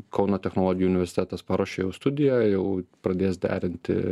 kauno technologijų universitetas paruošė jau studiją jau pradės derinti